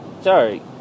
sorry